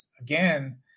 again